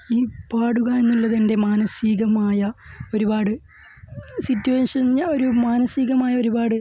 ഈ പാടുക എന്നുള്ളത് എന്റെ മാനസികമായ ഒരുപാട് സിറ്റുവേഷന് ഞാൻ ഒരു മാനസികമായ ഒരുപാട്